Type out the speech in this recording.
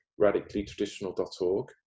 radicallytraditional.org